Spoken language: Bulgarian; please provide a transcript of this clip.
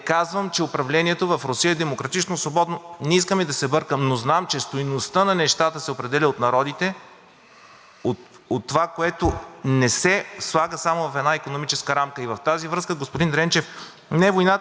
от това, което не се слага само в една икономическа рамка. Във връзка с това, господин Дренчев, не, войната не е започнала тази година. Тя е започнала много преди това, като Украйна беше просто един плацдарм за атака към Русия и